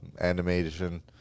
animation